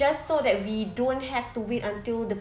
just so that we don't have to wait until the